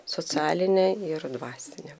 socialinė ir dvasinė